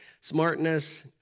smartness